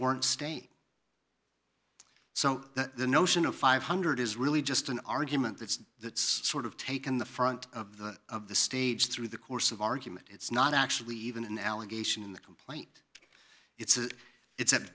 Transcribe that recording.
weren't state so the notion of five hundred is really just an argument that's that's sort of taken the front of the stage through the course of argument it's not actually even an allegation in the complaint it's a it's